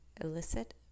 elicit